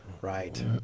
Right